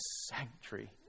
sanctuary